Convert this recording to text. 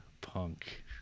Punk